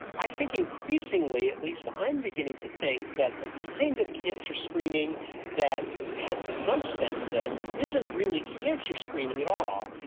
i think increasingly at least i'm beginning to think that the kind of cancer screening that has the most benefit isn't really cancer screening at all.